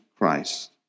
Christ